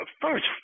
first